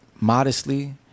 modestly